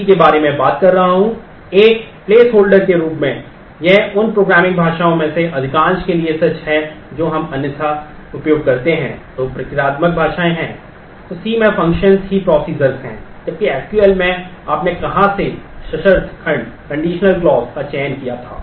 इसलिए C program functions का चयन किया था